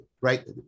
right